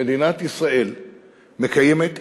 מדינת ישראל מקיימת כאן,